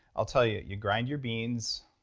i'll tell you, you grind your beans,